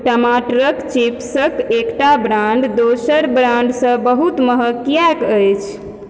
टमाटरके चिप्सके एकटा ब्राण्ड दोसर ब्राण्डसँ बहुत महग किएक अछि